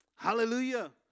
Hallelujah